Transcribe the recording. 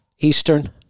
Eastern